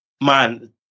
Man